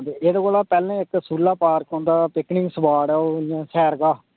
अच्छा अच्छा